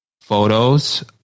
photos